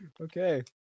Okay